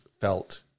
felt